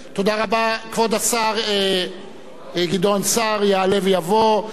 כבוד השר גדעון סער יעלה ויבוא לסכם.